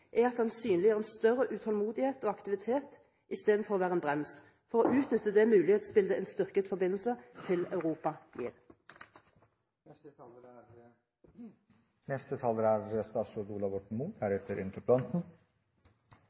er at han synliggjør en større utålmodighet og aktivitet, istedenfor å være en brems, for å utnytte det mulighetsbildet en styrket forbindelse til Europa